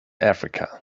africa